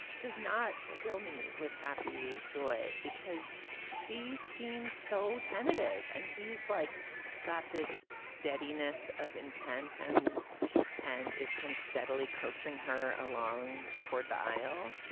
does not fill me with happy joy because she seems so tentative. and he's like got this steadiness of intent and and it's kind of steadily coaxing her along toward the aisle.